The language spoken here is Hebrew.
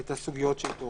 את הסוגיות שהתעוררו.